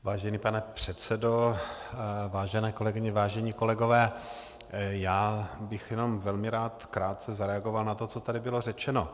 Vážený pane předsedo, vážené kolegyně, vážení kolegové, já bych jenom velmi rád krátce zareagoval na to, co tady bylo řečeno.